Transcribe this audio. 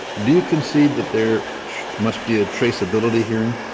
do you concede that there must be a traceability hearing?